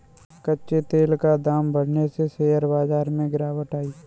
कच्चे तेल का दाम बढ़ने से शेयर बाजार में गिरावट आई